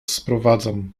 sprowadzam